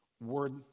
word